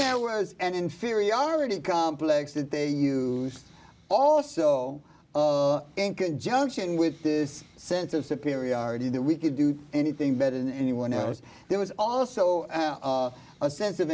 where is an inferiority complex that they used all so in conjunction with this sense of superiority that we could do anything better than anyone else there was also a sense of